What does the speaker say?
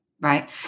Right